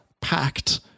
packed